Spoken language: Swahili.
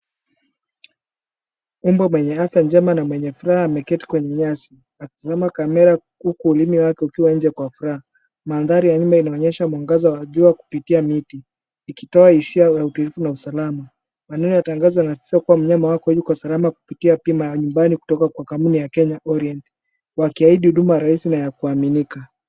Mbwa mwenye afya njema na mwenye furaha ameketi kwenye nyasi, akitazama kamera huku ulimi wake ukiwa nje kwa furaha. Mandhari ya nyuma inaonyesha mwangaza wa jua kupitia miti ikitoa hisia ya utulivu na salama. Maneno ya tangazo yanasisitiza kuwa mnyama wako yuko salama kupitia bima ya nyumbani kutoka kwa kampuni ya Kenya Orient, wakiahidi huduma rahisi na ya kuaminika.